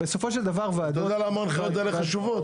אתה יודע למה ההנחיות האלה חשובות?